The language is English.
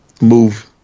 move